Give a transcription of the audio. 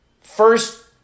first